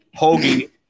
Hoagie